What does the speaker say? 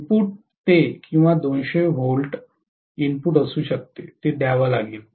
input ते किंवा 200 volt input असू शकते हे द्यावे लागेल